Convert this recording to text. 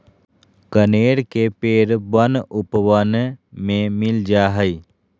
कनेर के पेड़ वन उपवन में मिल जा हई